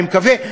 אני מקווה,